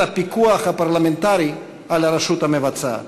הפיקוח הפרלמנטרי על הרשות המבצעת.